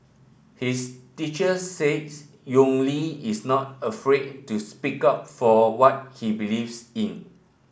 his teacher says Yong Li is not afraid to speak up for what he believes in